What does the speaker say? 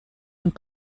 und